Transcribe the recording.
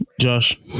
Josh